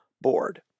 board